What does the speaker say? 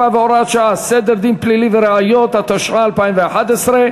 40) (מסלול מזונות), התשע"ב 2012,